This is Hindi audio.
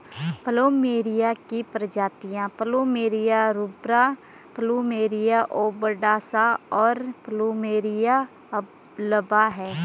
प्लूमेरिया की प्रजातियाँ प्लुमेरिया रूब्रा, प्लुमेरिया ओबटुसा, और प्लुमेरिया अल्बा हैं